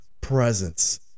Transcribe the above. presence